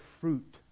fruit